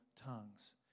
tongues